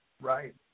Right